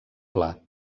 pla